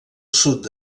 sud